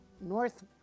north